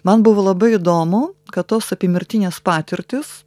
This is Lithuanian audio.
man buvo labai įdomu kad tos apymirtinės patirtys